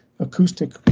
acoustic